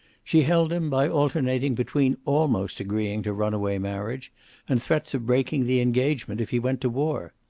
she held him by alternating between almost agreeing to runaway marriage and threats of breaking the engagement if he went to war.